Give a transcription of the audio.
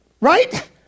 right